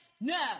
No